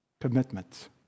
Commitment